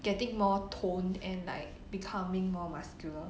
getting more toned and like becoming more muscular